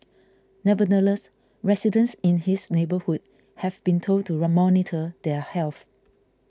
nevertheless residents in his neighbourhood have been told to monitor their health